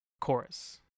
chorus